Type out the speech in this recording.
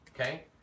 Okay